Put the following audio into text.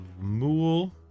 Mool